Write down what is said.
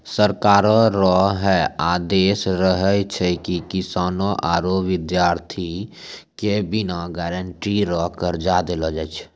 सरकारो रो है आदेस रहै छै की किसानो आरू बिद्यार्ति के बिना गारंटी रो कर्जा देलो जाय छै